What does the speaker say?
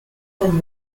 from